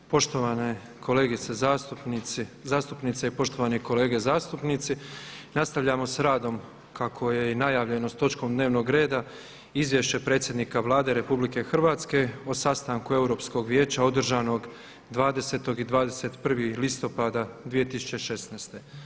Poštovane kolegice zastupnice i poštovani kolege zastupnici, nastavljamo sa radom kako je i najavljeno s točkom dnevnog reda: - Izvješće predsjednika Vlade Republike Hrvatske o sastanku Europskog vijeća održanog 20. i 21. listopada 2016.